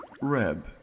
Reb